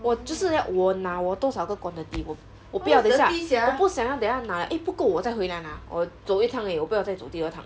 我就是要我拿我多少个 quantity 我我不要等下我不想要等一下拿 liao eh 不够我再回来拿我走一趟而已我不要再走第二趟